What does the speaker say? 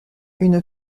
une